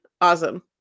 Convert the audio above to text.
awesome